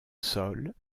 sol